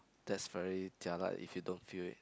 that's very jialat if you don't feel it